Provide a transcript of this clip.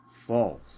False